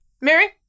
Mary